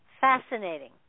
fascinating